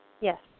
Yes